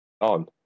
on